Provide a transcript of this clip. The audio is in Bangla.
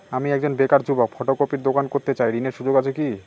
আমি একজন বেকার যুবক ফটোকপির দোকান করতে চাই ঋণের সুযোগ আছে কি?